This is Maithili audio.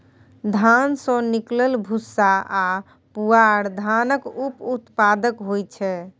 धान सँ निकलल भूस्सा आ पुआर धानक उप उत्पाद होइ छै